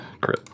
crit